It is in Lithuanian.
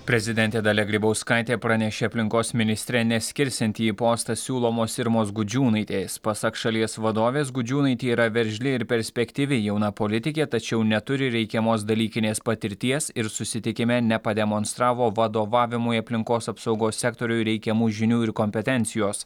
prezidentė dalia grybauskaitė pranešė aplinkos ministre neskirsianti į postą siūlomos irmos gudžiūnaitės pasak šalies vadovės gudžiūnaitė yra veržli ir perspektyvi jauna politikė tačiau neturi reikiamos dalykinės patirties ir susitikime nepademonstravo vadovavimui aplinkos apsaugos sektoriui reikiamų žinių ir kompetencijos